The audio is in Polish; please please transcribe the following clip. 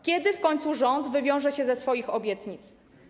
Kiedy w końcu rząd wywiąże się ze swoich obietnic?